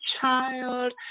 child